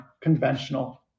conventional